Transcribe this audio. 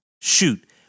Shoot